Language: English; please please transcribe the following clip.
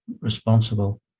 responsible